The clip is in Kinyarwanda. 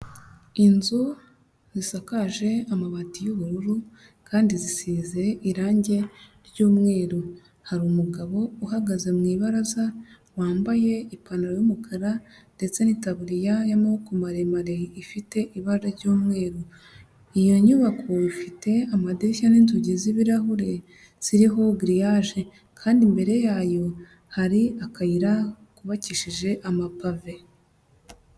Inzu zisakaje amabati y'ubururu, kandi zisize irangi ry'umweru, hari umugabo uhagaze mu ibaraza wambaye ipantaro y'umukara, ndetse n'itaburiya y'amaboko maremare ifite ibara ry'umweru, iyo nyubako ifite amadirishya n'inzugi z'iroho ibirahure ziriho giriyage, kandi imbere yayo hari akayira kubakishije amapave.